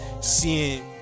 Seeing